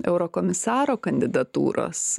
eurokomisaro kandidatūros